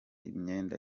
imyenda